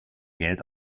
geld